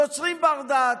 יוצרים ברדק.